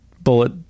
bullet